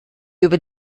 über